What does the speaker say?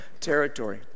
territory